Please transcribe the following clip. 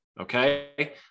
okay